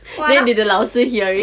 then did the 老师 hear it